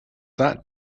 that